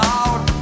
out